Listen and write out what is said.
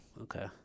okay